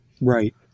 Right